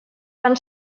van